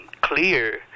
clear